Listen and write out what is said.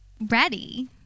ready